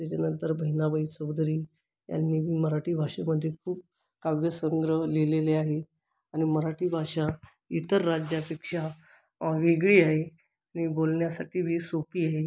त्याच्यानंतर बहिणाबाई चौधरी यांनी बी मराठी भाषेमध्ये खूप काव्यसंग्रह लिहिलेले आहे आणि मराठी भाषा इतर राज्यापेक्षा वेगळी आहे आणि बोलण्यासाठी बी सोपी अहे